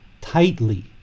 tightly